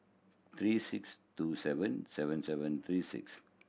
three six two seven seven seven three six